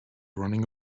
running